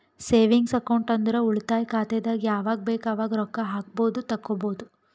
savings account ಅಂದುರ್ ಉಳಿತಾಯ ಖಾತೆದಾಗ್ ಯಾವಗ್ ಬೇಕ್ ಅವಾಗ್ ರೊಕ್ಕಾ ಹಾಕ್ಬೋದು ತೆಕ್ಕೊಬೋದು